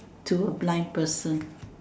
to a blind person